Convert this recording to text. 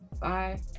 bye